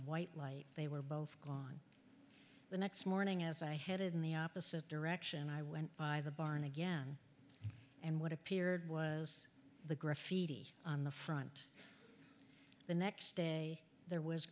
white light they were both gone the next morning as i headed in the opposite direction and i went by the barn again and what appeared was the graffiti on the front the next day there was